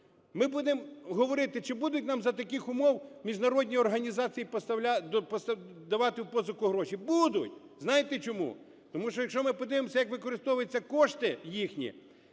Ми будемо говорити: чи будуть нам за таких умов міжнародні організації давати в позику гроші? Будуть. Знаєте чому? Тому що, якщо ми подивимося, як використовуються кошти